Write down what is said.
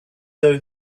though